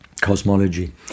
cosmology